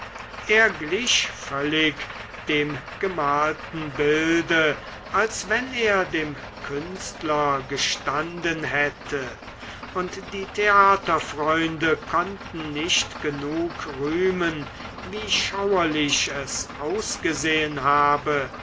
er glich völlig dem gemalten bilde als wenn er dem künstler gestanden hätte und die theaterfreunde konnten nicht genug rühmen wie schauerlich er ausgesehen habe